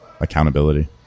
accountability